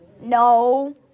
No